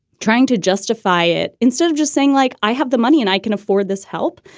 trying to justify it instead of just saying, like, i have the money and i can afford this help.